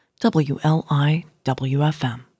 wliwfm